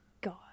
god